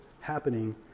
happening